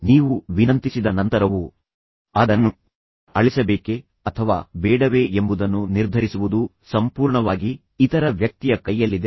ನೀವು ವಿನಂತಿಸಿದ ನಂತರವೂ ಅದನ್ನು ಅಳಿಸಬೇಕೆ ಅಥವಾ ಬೇಡವೇ ಎಂಬುದನ್ನು ನಿರ್ಧರಿಸುವುದು ಸಂಪೂರ್ಣವಾಗಿ ಇತರ ವ್ಯಕ್ತಿಯ ಕೈಯಲ್ಲಿದೆ